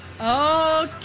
Okay